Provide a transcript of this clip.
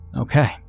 Okay